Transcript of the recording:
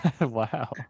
Wow